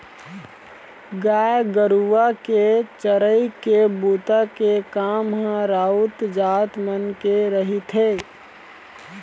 गाय गरुवा के चरई के बूता के काम ह राउत जात मन के रहिथे